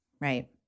Right